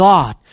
God